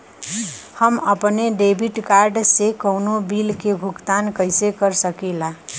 हम अपने debit card से कउनो बिल के भुगतान कइसे कर सकीला?